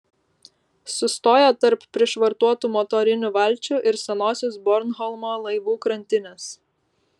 sustoja tarp prišvartuotų motorinių valčių ir senosios bornholmo laivų krantinės